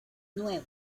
nuevo